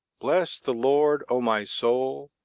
bless the lord, o my soul.